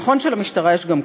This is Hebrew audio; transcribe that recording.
נכון שלמשטרה יש גם,